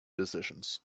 decisions